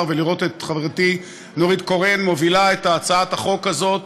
ולראות את חברתי נורית קורן מובילה את הצעת החוק הזאת.